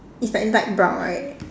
is like light brown right